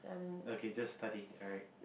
okay just study alright